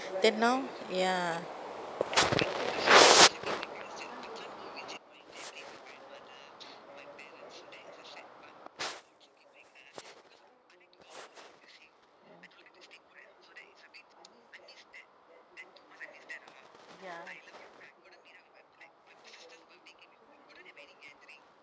then now ya